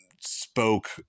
spoke